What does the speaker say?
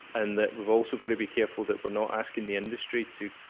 and that we've also got to be careful that we're not asking the industry to